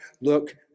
look